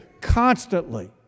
constantly